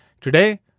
today